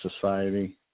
society